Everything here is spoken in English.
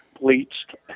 bleached